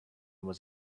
was